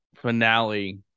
finale